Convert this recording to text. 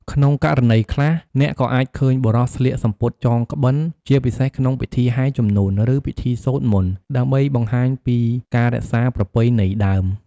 ក្នុងករណីខ្លះ អ្នកក៏អាចឃើញបុរសស្លៀកសំពត់ចងក្បិន ជាពិសេសក្នុងពិធីហែរជំនូន ឬពិធីសូត្រមន្ត ដើម្បីបង្ហាញពីការរក្សាប្រពៃណីដើម។